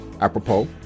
Apropos